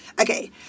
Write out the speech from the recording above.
Okay